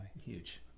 Huge